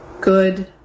good